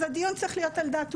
אז הדיון צריך להיות על דת,